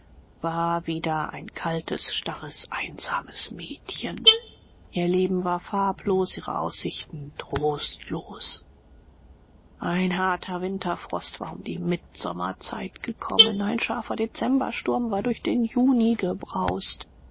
war wieder ein kaltes starres einsames mädchen ihr leben war farblos ihre aussichten trostlos ein harter winterfrost war um die mittsommerzeit gekommen ein scharfer dezembersturm war durch den juni gebraust